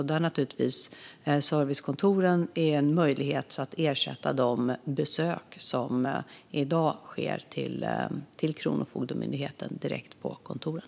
Servicekontoren innebär naturligtvis en möjlighet att ersätta de besök som i dag sker hos Kronofogdemyndigheten direkt på kontoren.